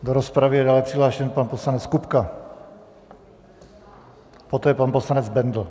Do rozpravy je dále přihlášen pan poslanec Kupka, poté pan poslanec Bendl.